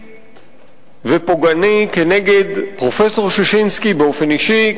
ופוגעני כנגד פרופסור ששינסקי באופן אישי,